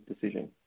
decision